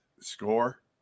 score